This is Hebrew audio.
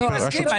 אני מסכים.